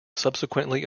subsequently